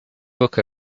book